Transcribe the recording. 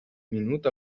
minut